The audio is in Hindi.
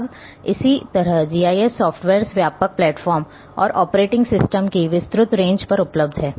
अब इसी तरह जीआईएस सॉफ्टवेयर्स व्यापक प्लेटफॉर्म और ऑपरेटिंग सिस्टम की विस्तृत रेंज पर उपलब्ध हैं